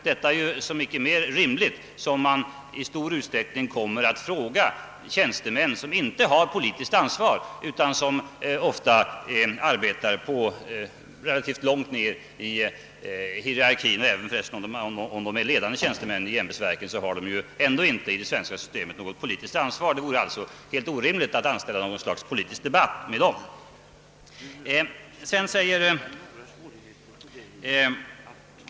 Detta är så mycket mer rimligt som utskotten i stor utsträckning skulle komma att fråga tjänstemän utan ansvar. Det vore ju helt orimligt att anställa något slags politisk debatt med dessa tjänstemän.